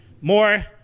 more